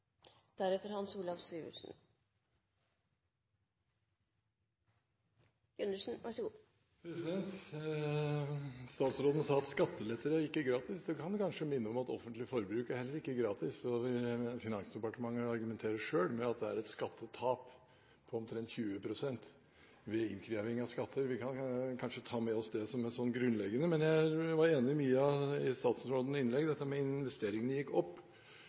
gratis. Da kan man kanskje minne om at offentlig forbruk heller ikke er gratis. Finansdepartementet argumenterer selv med at det er et skattetap på omtrent 20 pst. ved innkreving av skatter. Vi kan kanskje ta med oss det som noe grunnleggende. Jeg var enig i mye i statsrådens innlegg. Dette med at investeringene gikk opp